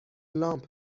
لامپ